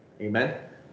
Amen